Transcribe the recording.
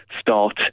start